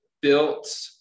built